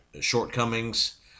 shortcomings